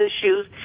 issues